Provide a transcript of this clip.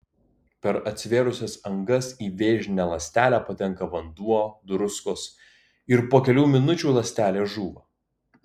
per atsivėrusias angas į vėžinę ląstelę patenka vanduo druskos ir po kelių minučių ląstelė žūva